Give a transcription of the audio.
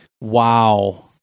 Wow